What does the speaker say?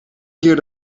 keer